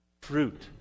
Fruit